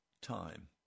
time